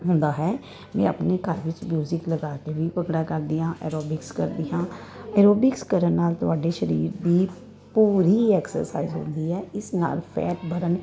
ਹੁੰਦਾ ਹੈ ਮੈਂ ਆਪਣੇ ਘਰ ਵਿੱਚ ਮਿਊਜਿਕ ਲਗਾ ਕੇ ਵੀ ਭੰਗੜਾ ਕਰਦੀ ਹਾਂ ਐਰੋਬਿਕਸ ਕਰਦੀ ਹਾਂ ਐਰੋਬਿਕਸ ਕਰਨ ਨਾਲ ਤੁਹਾਡੇ ਸਰੀਰ ਦੀ ਪੂਰੀ ਐਕਸਰਸਾਈਜ਼ ਹੁੰਦੀ ਹੈ ਇਸ ਨਾਲ ਫੈਟ ਬਰਨ